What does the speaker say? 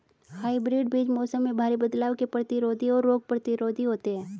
hybrid बीज मौसम में भारी बदलाव के प्रतिरोधी और रोग प्रतिरोधी होते हैं